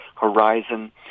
horizon